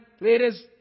ladies